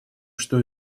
что